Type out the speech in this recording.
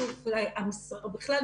בכלל,